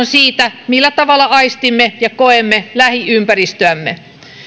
siitä millä tavalla aistimme ja koemme lähiympäristöämme